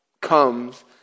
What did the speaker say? comes